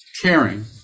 Caring